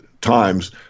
times